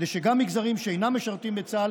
כדי שגם למגזרים שאינם משרתים בצה"ל